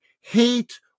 hate